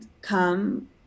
come